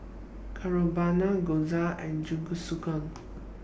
Carbonara Gyoza and Jingisukan